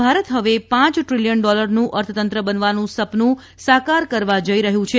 ભારત હવે પાંચ દ્વિલીયન ડોલરનું અર્થતંત્ર બનવાનું સપનું સાકાર કરવા જઇ રહ્યું છે